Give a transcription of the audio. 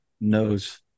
knows